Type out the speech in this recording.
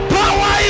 power